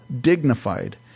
dignified